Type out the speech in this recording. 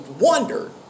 wonder